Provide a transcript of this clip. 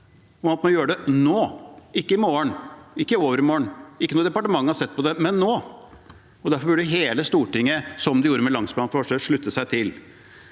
at man må gjøre det nå – ikke i morgen, ikke i overmorgen, ikke når departementet har sett på det, men nå. Derfor burde hele Stortinget, som de gjorde med langtidsplanen, slutte seg til